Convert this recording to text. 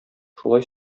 шулай